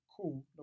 cool